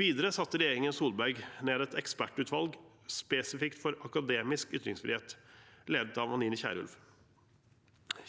Videre satte regjeringen Solberg ned et ekspertutvalg spesifikt for akademisk ytringsfrihet, ledet av Anine Kierulf.